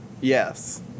Yes